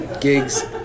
gigs